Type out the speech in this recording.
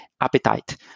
appetite